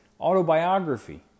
autobiography